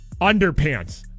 underpants